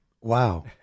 Wow